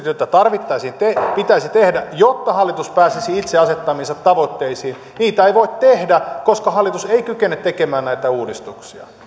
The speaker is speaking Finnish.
joita pitäisi tehdä jotta hallitus pääsisi itse asettamiinsa tavoitteisiin ei voi tehdä koska hallitus ei kykene tekemään näitä uudistuksia